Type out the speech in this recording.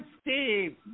Steve